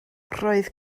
roedd